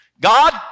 God